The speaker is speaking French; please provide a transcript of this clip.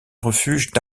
refuge